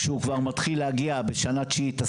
כשהוא מתחיל להגיע לשנה תשיעית,